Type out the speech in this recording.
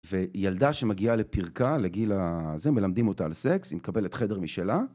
וילדה שמגיעה לפרקה לגיל הזה, מלמדים אותה על סקס, היא מקבלת חדר משלה.